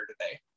today